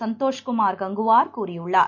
சந்தோஷ்குமார் கங்குவார் கூறியுள்ளார்